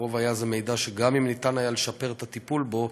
לרוב היה זה מידע שגם אם אפשר היה לשפר את הטיפול בו,